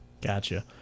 Gotcha